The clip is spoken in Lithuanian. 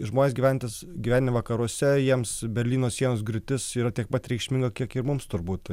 žmonės gyvenantys gyvenę vakaruose jiems berlyno sienos griūtis yra tiek pat reikšminga kiek ir mums turbūt